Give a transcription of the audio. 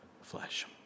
flesh